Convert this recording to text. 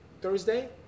thursday